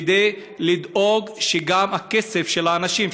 כדי לדאוג שגם הכסף של האנשים,